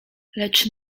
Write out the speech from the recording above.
lecz